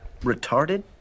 Retarded